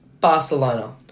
Barcelona